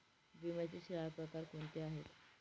विम्याचे चार प्रकार कोणते आहेत?